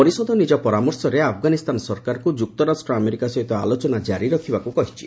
ପରିଷଦ ନିଜ ପରାମର୍ଶରେ ଆଫଗାନିସ୍ଥାନ ସରକାରଙ୍କୁ ଯୁକ୍ତରାଷ୍ଟ୍ର ଆମେରିକା ସହିତ ଆଲୋଚନା ଜାରି ରଖିବାକୁ କହିଛି